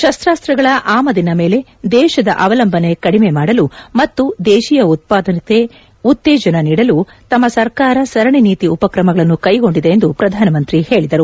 ಶಸ್ತಾಸ್ತ್ರಗಳ ಆಮದಿನ ಮೇಲೆ ದೇಶದ ಅವಲಂಬನೆ ಕಡಿಮೆ ಮಾಡಲು ಮತ್ತು ದೇಶೀಯ ಉತ್ಸಾದಕತೆಗೆ ಉತ್ತೇಜನ ನೀಡಲು ತಮ್ಮ ಸರ್ಕಾರ ಸರಣಿ ನೀತಿ ಉಪಕ್ರಮಗಳನ್ನು ಕೈಗೊಂಡಿದೆ ಎಂದು ಪ್ರಧಾನಮಂತ್ರಿ ಹೇಳಿದರು